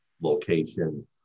location